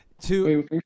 to-